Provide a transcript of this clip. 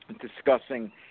discussing